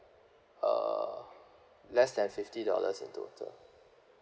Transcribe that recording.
uh less than fifty dollars in total